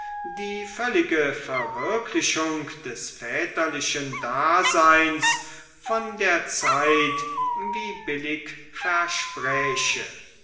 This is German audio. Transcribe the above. die völlige verwirklichung des väterlichen daseins von der zeit wie billig verspräche